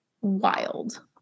wild